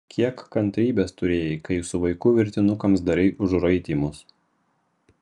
kiek kantrybės turėjai kai su vaiku virtinukams darei užraitymus